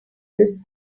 this